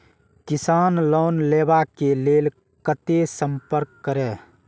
किसान लोन लेवा के लेल कते संपर्क करें?